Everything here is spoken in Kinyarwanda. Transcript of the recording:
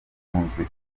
yakunzwe